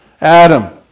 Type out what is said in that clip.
Adam